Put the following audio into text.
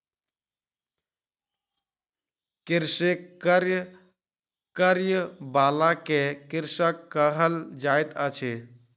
कृषिक कार्य करय बला के कृषक कहल जाइत अछि